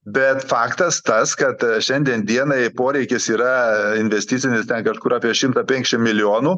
bet faktas tas kad šiandien dienai poreikis yra investicinis ten kažkur apie šimtą penkšim milijonų